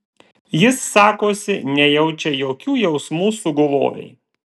jis sakosi nejaučia jokių jausmų sugulovei